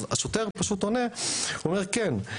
אז השוטר פשוט עונה: כן,